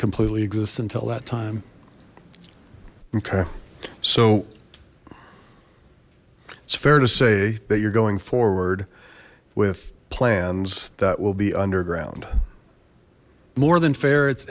completely exist until that time okay so it's fair to say that you're going forward with plans that will be under ground more than f